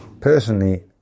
Personally